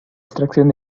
extracción